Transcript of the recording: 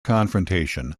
confrontation